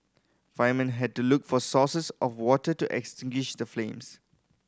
firemen had to look for sources of water to extinguish the flames